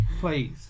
Please